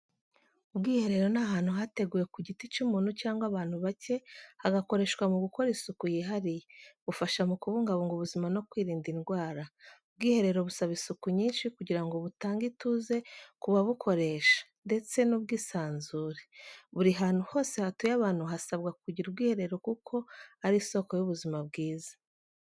Ubwiherero ni ahantu hateguwe ku giti cy’umuntu cyangwa abantu bake hagakoreshwa mu gukora isuku yihariye. Bufasha mu kubungabunga ubuzima no kwirinda indwara. Ubwihero busaba isuku nyinshi kugira ngo butange ituze ku babukoresha, ndetse n’ubwisanzure. Buri hantu hose hatuye abantu hasabwa kugira ubwiherero kuko ari isoko y’ubuzima bwiza.